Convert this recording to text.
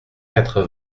quatre